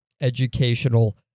educational